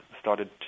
started